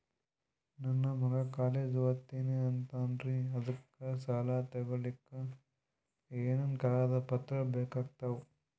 ನನ್ನ ಮಗ ಕಾಲೇಜ್ ಓದತಿನಿಂತಾನ್ರಿ ಅದಕ ಸಾಲಾ ತೊಗೊಲಿಕ ಎನೆನ ಕಾಗದ ಪತ್ರ ಬೇಕಾಗ್ತಾವು?